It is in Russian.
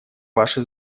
ваше